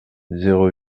zéro